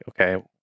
okay